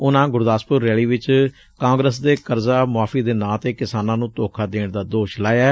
ਉਨੂਾਂ ਗੁਰਦਾਸਪੁਰ ਰੈਲੀ ਵਿਚ ਕਾਂਗਰਸ ਤੇ ਕਰਜ਼ਾ ਮਾਫ਼ੀ ਦੇ ਨਾਂ ਤੇ ਕਿਸਾਨਾਂ ਨੂੰ ਧੋਖਾ ਦੇਣ ਦਾ ਦੋਸ਼ ਲਾਇਐ